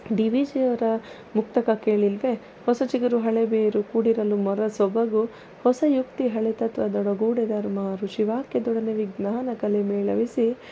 ಡಿವಿಜಿಯವರ ಮುಕ್ತಕ ಕೇಳಿಲ್ವೇ ಹೊಸ ಚಿಗುರು ಹಳೆಬೇರು ಕೂಡಿರಲು ಮರ ಸೊಬಗು ಹೊಸಯುಕ್ತಿ ಹಳೆತತ್ವದೊಡಗೂಡೆ ಧರ್ಮ ಋಷಿವಾಕ್ಯದೊಡನೆ ವಿಜ್ಞಾನಕಲೆ ಮೇಳವಿಸಿ